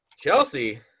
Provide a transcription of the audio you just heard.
Chelsea